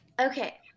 okay